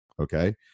Okay